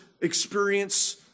experience